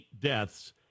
deaths